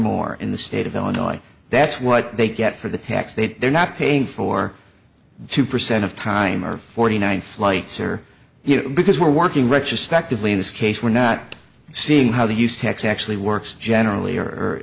more in the state of illinois that's what they get for the tax that they're not paying for two percent of time or forty nine flights are here because we're working retrospectively in this case we're not seeing how the use tax actually works generally